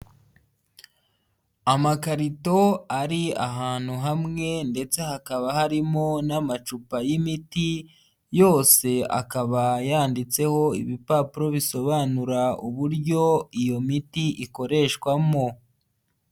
Amakarito ari ahantu hamwe ndetse hakaba harimo n'amacupa y'imiti, yose akaba yanditseho ibipapuro bisobanura uburyo iyo miti ikoreshwamo.